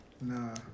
Nah